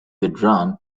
withdrawn